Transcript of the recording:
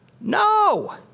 No